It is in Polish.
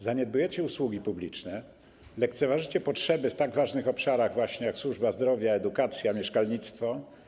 Zaniedbujecie usługi publiczne, lekceważycie potrzeby w tak ważnych obszarach jak właśnie służba zdrowia, edukacja, mieszkalnictwo.